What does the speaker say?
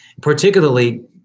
Particularly